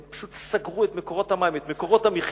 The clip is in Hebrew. הם פשוט סגרו את מקורות המים, את מקורות המחיה,